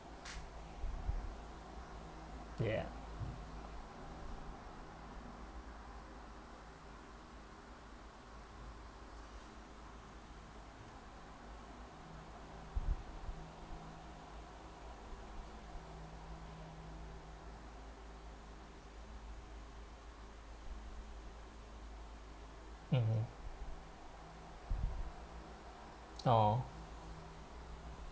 ya mmhmm !aww!